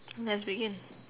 let's begin